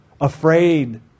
afraid